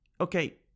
okay